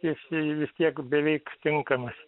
jis vis tiek beveik tinkamas